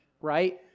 right